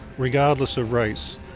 regardless of race.